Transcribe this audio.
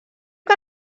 que